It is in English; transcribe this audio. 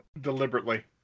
deliberately